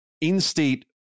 in-state